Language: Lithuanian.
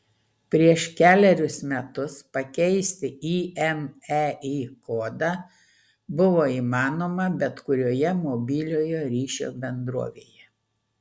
prieš kelerius metus pakeisti imei kodą buvo įmanoma bet kurioje mobiliojo ryšio bendrovėje